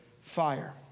fire